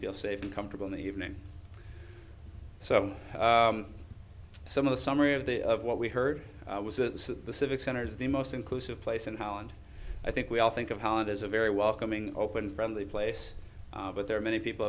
feel safe and comfortable in the evening so some of the summary of the of what we heard was that this is the civic center is the most inclusive place in holland i think we all think of holland as a very welcoming open friendly place but there are many people